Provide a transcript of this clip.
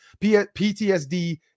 PTSD